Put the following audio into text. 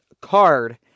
card